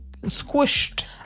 squished